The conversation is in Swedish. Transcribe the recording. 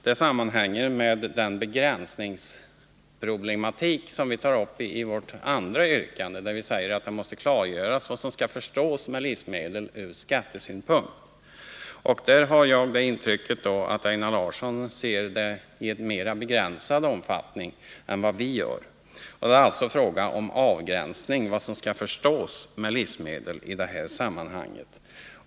Den sammanhänger med den begränsningsproblematik som vi tar upp i vårt andra yrkande. Vi säger där att det måste klargöras vad som skall förstås med livsmedel ur skattesynpunkt. Jag har fått intrycket att Einar Larsson ser på avgränsningsfrågan i mer begränsad omfattning än vi gör.